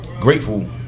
grateful